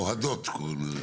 הורדות קוראים לזה.